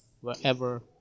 wherever